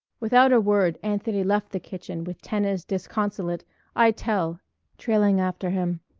without a word anthony left the kitchen with tana's disconsolate i tell trailing after him.